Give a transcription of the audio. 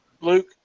Luke